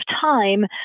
time